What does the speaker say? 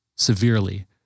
severely